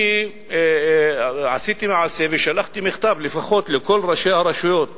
אני עשיתי מעשה ושלחתי מכתב לפחות לכל ראשי הרשויות